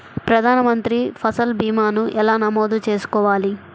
ప్రధాన మంత్రి పసల్ భీమాను ఎలా నమోదు చేసుకోవాలి?